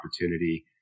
opportunity